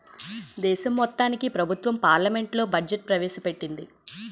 దేశం మొత్తానికి ప్రభుత్వం పార్లమెంట్లో బడ్జెట్ ప్రవేశ పెట్టింది